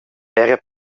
era